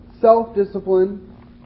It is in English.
self-discipline